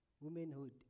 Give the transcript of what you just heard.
womanhood